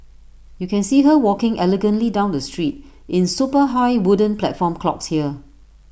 you can see her walking elegantly down the street in super high wooden platform clogs here